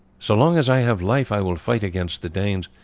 so long as i have life i will fight against the danes,